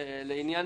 לעניין זה,